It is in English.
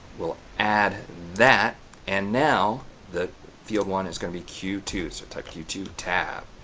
we'll add that and now the field one is going to be q two so type q two tab,